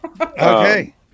Okay